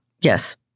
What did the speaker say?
Yes